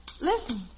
listen